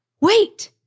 wait